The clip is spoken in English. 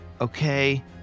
Okay